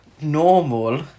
normal